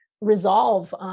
resolve